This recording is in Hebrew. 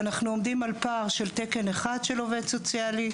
ואנחנו עומדים על פער של תקן אחד של עובד סוציאלי.